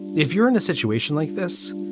if you're in a situation like this,